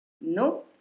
No